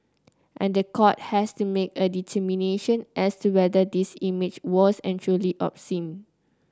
and the court has to make a determination as to whether this image was and truly obscene